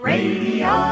Radio